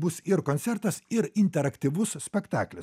bus ir koncertas ir interaktyvus spektaklis